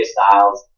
Styles